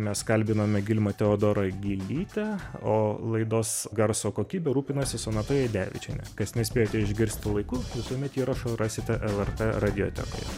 mes kalbinome gilmą teodorą gylytę o laidos garso kokybe rūpinasi sonata jadevičienė kas nespėjote išgirsti laiku visuomet įrašą rasite lrt radiotekoje